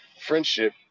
friendship